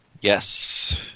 Yes